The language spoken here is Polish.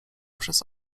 przez